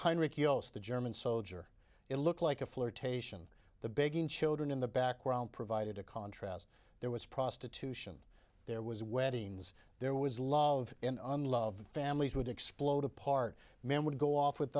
heinrich ios the german soldier it looked like a flirtation the begging children in the background provided a contrast there was prostitution there was weddings there was love and on love families would explode apart men would go off with